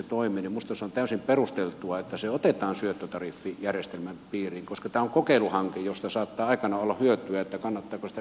minusta se on täysin perusteltua että se otetaan syöttötariffijärjestelmän piiriin koska tämä on kokeiluhanke josta saattaa aikanaan olla hyötyä että tiedetään kannattaako sitä yleistää